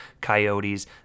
Coyotes